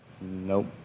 Nope